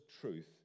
truth